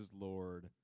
Lord